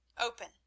Open